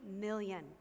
million